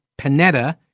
Panetta